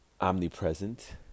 omnipresent